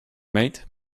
mate